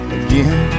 again